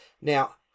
Now